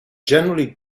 generally